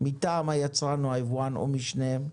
מטעם היצרן או היבואן או משניהם.